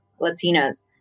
Latinas